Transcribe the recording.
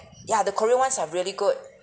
yeah the korean ones are really good